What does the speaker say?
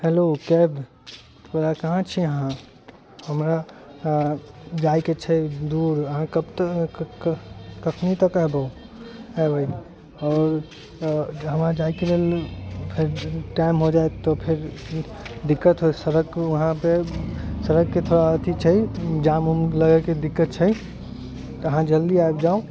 hello cab बला कहाँ छी अहाँ हमरा जाइके छै दूर अहाँ कखनी तक अयबै आओर हमरा जायके लेल टाइम हो जायत फेर दिक्कत होयत सड़क वहाँ पे सड़क के थोड़ा अथी छै जाम उम लगैके दिक्कत छै तऽ अहाँ जल्दी आबि जाउ